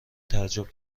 تعجب